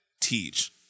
teach